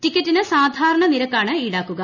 ടിക്കറ്റിന് സാധാരണ നിരക്കാണ് ഈടാക്കുക